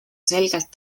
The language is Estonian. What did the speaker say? selgelt